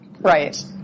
Right